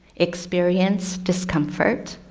experience discomfort.